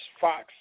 Fox